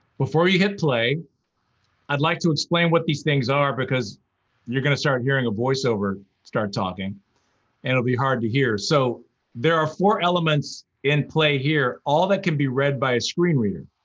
before you hit play i'd like to explain what these things are, because you're going to start hearing a voice-over start talking and it'll be hard to hear. so there are four elements in play here, all that can be read by a screen reader.